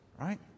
Right